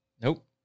Nope